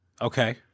Okay